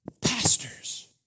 pastors